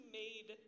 made